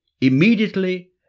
Immediately